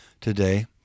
today